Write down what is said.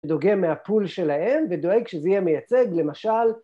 דוגם מהפול שלהם ודואג שזה יהיה מייצג למשל